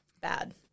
Bad